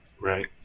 Right